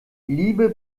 liebe